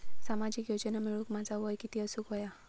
सामाजिक योजना मिळवूक माझा वय किती असूक व्हया?